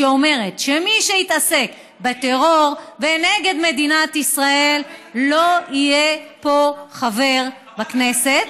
שאומרת שמי שיתעסק בטרור ונגד מדינת ישראל לא יהיה פה חבר בכנסת,